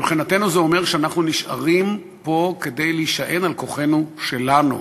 מבחינתנו זה אומר שאנחנו נשארים פה כדי להישען על כוחנו שלנו,